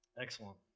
Excellent